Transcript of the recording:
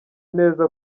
neza